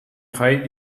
خواهید